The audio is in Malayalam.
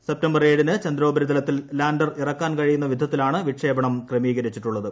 സെപ്തംബർ ഏഴിന് ചന്ദ്രോപരിതലത്തിൽ ലാൻഡർ ഇറക്കാൻ കഴിയുന്ന വിധത്തിലാണ് വിക്ഷേപണം ക്രമീകരിച്ചിട്ടുള്ളത്